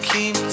Keep